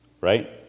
Right